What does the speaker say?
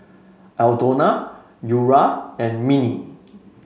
Aldona Eura and Minnie